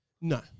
No